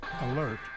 Alert